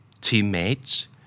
teammates